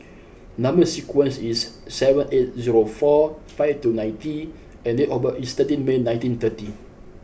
number sequence is seven eight zero four five two nine T and date of birth is thirteen May nineteen thirty